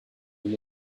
you